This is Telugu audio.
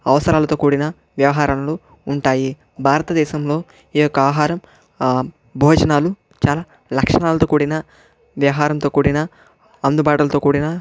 అవసరాలతో కూడా వ్యవహారంలు ఉంటాయి భారతదేశంలో ఈ యొక్క ఆహారం భోజనాలు చాలా లక్షణాలతో కూడిన వ్యవహారంతో కూడిన అందుబాటలతో కూడిన